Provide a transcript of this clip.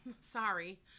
sorry